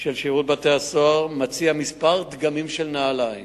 של שירות בתי-הסוהר מציע מספר דגמים של נעליים,